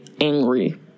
angry